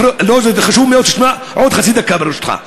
לא, זה חשוב, תשמע עוד חצי דקה, ברשותך.